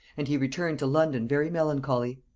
and he returned to london very melancholy.